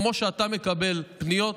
כמו שאתה מקבל פניות,